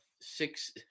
six